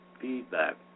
feedback